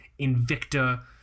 Invicta